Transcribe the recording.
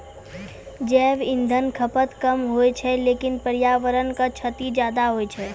जैव इंधन खपत कम होय छै लेकिन पर्यावरण क क्षति ज्यादा होय छै